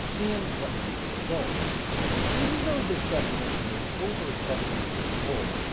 and what will be the results even though this definition is over seventy years old,